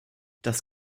das